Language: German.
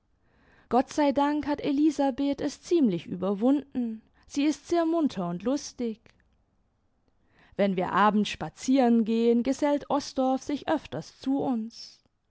gott sei dank hat elisabeth es ziemlich überwunden sie ist sehr munter und lustig wenn wir abends spazieren gehen gesellt osdorff sich öfters zu uns